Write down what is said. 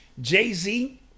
Jay-Z